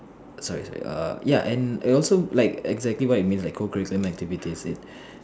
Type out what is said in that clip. sorry sorry err ya and it also like exactly what it means like co curricular activities it's